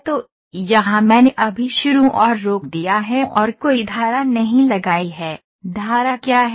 तो यहाँ मैंने अभी शुरू और रोक दिया है और कोई धारा नहीं लगाई है धारा क्या है